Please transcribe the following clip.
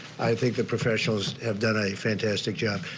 i think the professionals have done a fantastic job.